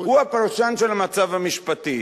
הוא הפרשן של המצב המשפטי.